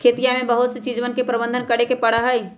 खेतिया में बहुत सी चीजवन के प्रबंधन करे पड़ा हई